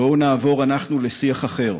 בואו נעבור אנחנו לשיח אחר,